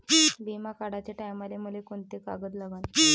बिमा काढाचे टायमाले मले कोंते कागद लागन?